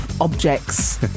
objects